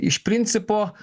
iš principo